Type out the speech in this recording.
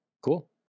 Cool